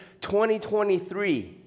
2023